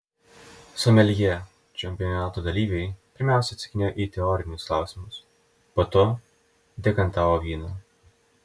someljė čempionato dalyviai pirmiausia atsakinėjo į teorinius klausimus po to dekantavo vyną